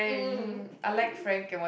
mm daddy